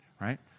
right